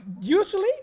usually